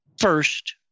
first